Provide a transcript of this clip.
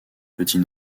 petit